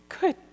good